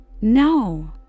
No